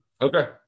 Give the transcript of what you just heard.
Okay